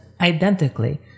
identically